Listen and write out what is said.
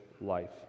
life